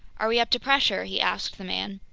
are we up to pressure? he asked the man.